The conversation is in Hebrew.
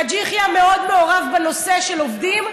חאג' יחיא מאוד מעורב בנושא של עובדים.